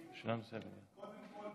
קודם כול,